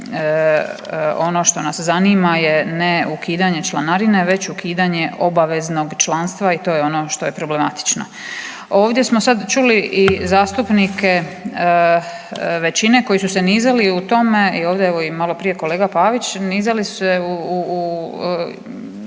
ono što nas zanima je ne ukidanje članarine već ukidanje obaveznog članstva i to je ono što je problematično. Ovdje smo sad čuli i zastupnike većine koji su se nizali u tome i ovdje evo i maloprije kolega Pavić, nizali su se u